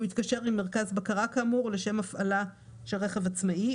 התקשר עם מרכז בקרה כאמור לשם הפעלה של רכב עצמאי,